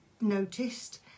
noticed